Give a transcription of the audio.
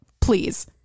please